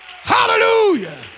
Hallelujah